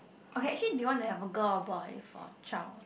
okay actually do you want to have a girl or boy for a child